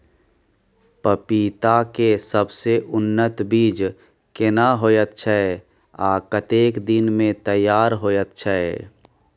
पपीता के सबसे उन्नत बीज केना होयत छै, आ कतेक दिन में तैयार होयत छै?